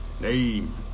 name